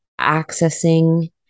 accessing